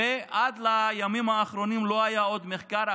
עד לימים האחרונים לא היה עוד מחקר.